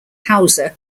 hausa